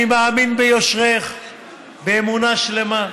אני מאמין ביושרך באמונה שלמה,